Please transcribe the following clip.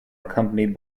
accompanied